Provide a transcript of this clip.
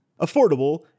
affordable